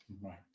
Right